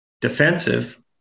defensive